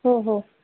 हो हो